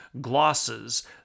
glosses